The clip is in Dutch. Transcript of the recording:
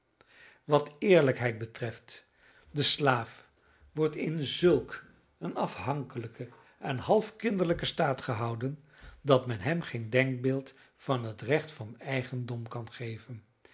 wat eerlijkheid betreft de slaaf wordt in zulk een afhankelijken halfkinderlijken staat gehouden dat men hem geen denkbeeld van het recht van eigendom kan geven